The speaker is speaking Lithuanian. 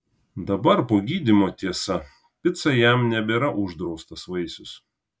dabar po gydymo tiesa pica jam nebėra uždraustas vaisius